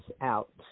out